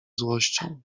złością